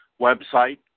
website